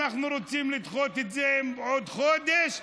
אנחנו רוצים לדחות את זה בעוד חודש,